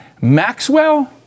Maxwell